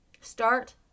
Start